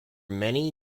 many